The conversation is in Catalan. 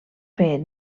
fer